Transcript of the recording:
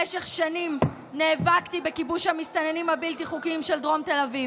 במשך שנים נאבקתי בכיבוש המסתננים הבלתי-חוקיים של דרום תל אביב,